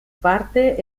parte